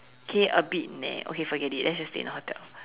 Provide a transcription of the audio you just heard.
okay a bit nah okay forget it let's just stay in a hotel